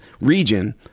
region